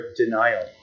denial